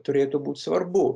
turėtų būti svarbu